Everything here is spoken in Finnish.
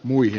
eteen